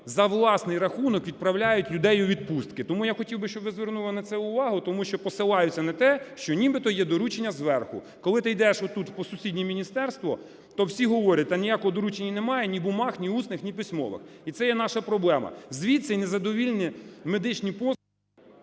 за власний рахунок відправляють людей у відпустки. Тому я хотів би, щоб ви звернули на це увагу, тому що посилаються на те, що нібито є доручення "зверху". Коли ти йдеш отут у сусіднє міністерство, то всі говорять: "Та ніякого доручення немає, ні бумаг, ні усних, ні письмових". І це є наша проблема. Звідси незадовільні медичні послуги…